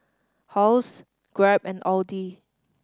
Halls Grab and Audi